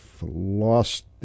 lost